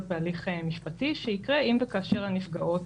בהליך משפטי שיקרה אם וכאשר הנפגעות,